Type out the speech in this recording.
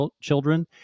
children